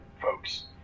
folks